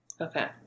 Okay